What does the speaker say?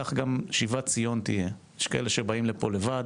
כך גם שיבת ציון תהיה, יש כאלה שבאים לבד